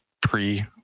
pre